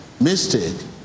mistake